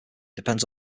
depends